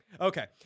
Okay